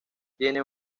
tienen